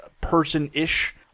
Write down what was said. person-ish